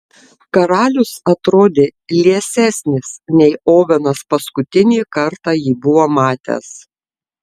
karalius atrodė liesesnis nei ovenas paskutinį kartą jį buvo matęs